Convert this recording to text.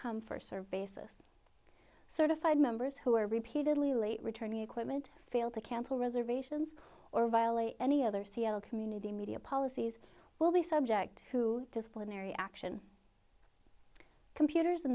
come first serve basis certified members who are repeatedly late returning equipment fail to cancel reservations or violate any other c l community media policies will be subject to disciplinary action computers in